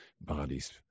bodies